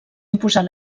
imposar